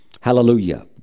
Hallelujah